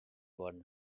worden